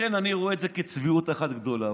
לכן אני רואה את זה כצביעות אחת גדולה.